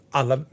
alla